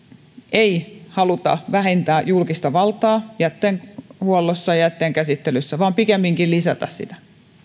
ei haluta vähentää julkista valtaa jätehuollossa ja jätteenkäsittelyssä vaan pikemminkin lisätä sitä